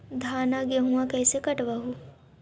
धाना, गेहुमा कैसे कटबा हू?